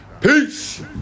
Peace